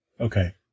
Okay